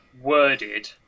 worded